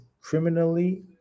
criminally